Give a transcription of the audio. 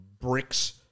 bricks